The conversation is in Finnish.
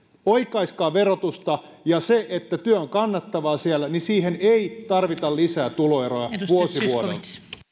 oikaiskaa verotusta siihen että työ on kannattavaa siellä alepan kassalla ei tarvita lisää tuloeroja vuosi vuodelta